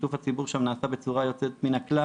שיתוף הציבור שם נעשה בצורה יוצאת מן הכלל.